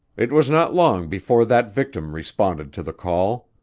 it was not long before that victim responded to the call.